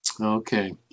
Okay